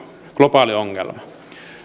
globaaliongelma